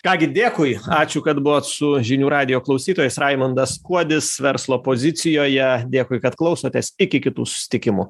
ką gi dėkui ačiū kad buvot su žinių radijo klausytojais raimundas kuodis verslo pozicijoje dėkui kad klausotės iki kitų susitikimų